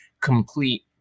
complete